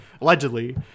Allegedly